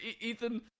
ethan